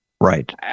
right